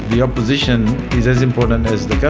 the opposition is as important as the